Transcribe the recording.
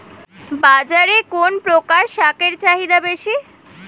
বাজারে কোন প্রকার শাকের চাহিদা বেশী?